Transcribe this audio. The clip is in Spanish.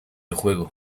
juego